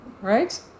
right